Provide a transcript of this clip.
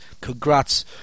Congrats